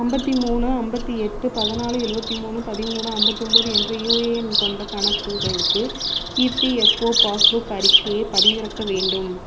ஐம்பத்தி மூணு ஐம்பத்தி எட்டு பதினாலு எழுபத்தி மூணு பதிமூணு ஐம்பத்தி ஒம்பது என்ற யூஏஎன் எண் கொண்ட கணக்குகளுக்கு இபிஎஃப்ஓ பாஸ் புக் அறிக்கையை பதிவிறக்க வேண்டும்